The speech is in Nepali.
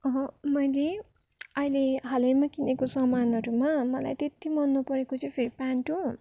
अब मैले अहिले हालैमा किनेको सामानहरूमा मलाई त्यति मन नपरेको चाहिँ फेरि प्यान्ट हो